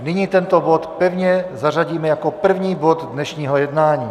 Nyní tento bod pevně zařadíme jako první bod dnešního jednání.